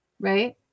right